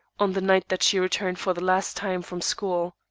on the night that she returned for the last time from school.